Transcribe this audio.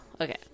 okay